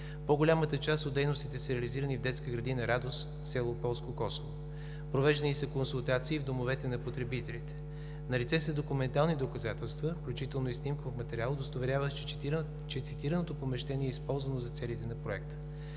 По-голямата част от дейностите са реализирани в детска градина „Радост“, село Полско Косово. Провеждани са консултации в домовете на потребителите. Налице са документални доказателства, включително и снимков материал, удостоверяващи, че цитираното помещение е използвано за целите на Проекта.